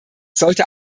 sollte